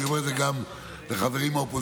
ואני אומר את זה גם לחברים מהאופוזיציה,